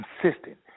consistent